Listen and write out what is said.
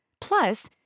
Plus